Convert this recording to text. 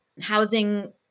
housing